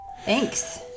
Thanks